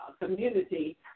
community